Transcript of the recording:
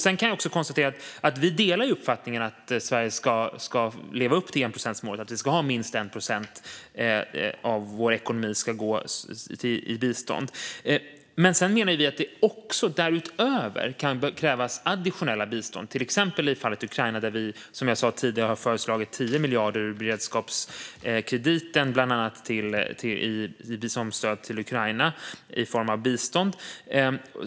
Jag kan också konstatera att vi delar uppfattningen att Sverige ska leva upp till enprocentsmålet, det vill säga att minst 1 procent av vår ekonomi ska gå till bistånd. Men sedan menar vi att det också därutöver kan krävas additionella bistånd, till exempel i fallet Ukraina där vi tidigare har föreslagit 10 miljarder ur beredskapskrediten i stöd till Ukraina i form av bistånd.